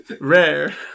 rare